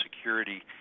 security